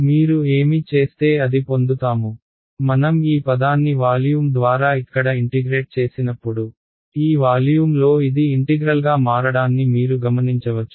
మీరు ఏమి చేస్తే అది పొందుతాము మనం ఈ పదాన్ని వాల్యూమ్ ద్వారా ఇక్కడ ఇంటిగ్రేట్ చేసినప్పుడు ఈ వాల్యూమ్ లో ఇది ఇంటిగ్రల్గా మారడాన్ని మీరు గమనించవచ్చు